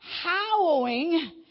Howling